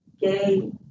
gay